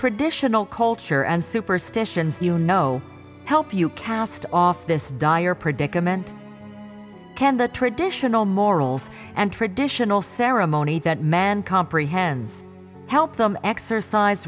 traditional culture and superstitions you know help you cast off this dire predicament can the traditional morals and traditional ceremony that man comprehends help them exercise